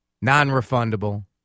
Non-refundable